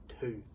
two